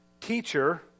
Teacher